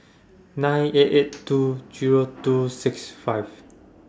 nine eight eight two Zero two six five